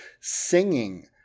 singing